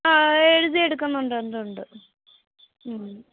ആ എഴുതിയെടുക്കുന്നുണ്ട് ഉണ്ടുണ്ട് മ്മ്